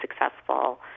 successful